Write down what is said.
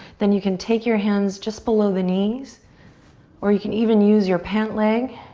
then you can take your hands just below the knees or you can even use your pant leg